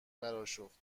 براشفت